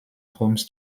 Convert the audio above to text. homes